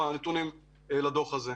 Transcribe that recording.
הנתונים לדוח הזה.